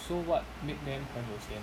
so what makes them 很有钱